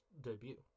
debut